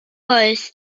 oes